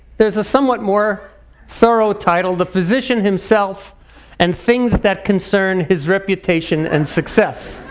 there's a somewhat more thorough title, the physician himself and things that concern his reputation and success.